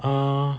ah